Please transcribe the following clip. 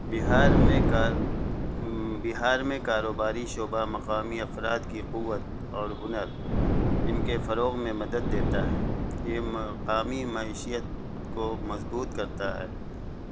بہار میں کار بہار میں کاروباری شعبہ مقامی افراد کی قوت اور ہنر ان کے فروغ میں مدد دیتا ہے یہ مقامی معیشیت کو مضبوط کرتا ہے